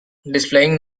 displaying